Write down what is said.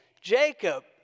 Jacob